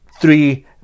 three